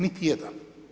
Niti jedan.